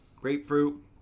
grapefruit